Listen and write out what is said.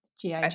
GI